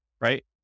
right